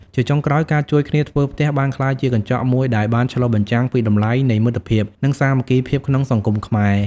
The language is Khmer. ជាចុងក្រោយ ការជួយគ្នាធ្វើផ្ទះបានក្លាយជាកញ្ចក់មួយដែលបានឆ្លុះបញ្ចាំងពីតម្លៃនៃមិត្តភាពនិងសាមគ្គីភាពក្នុងសង្គមខ្មែរ។